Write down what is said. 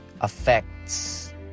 affects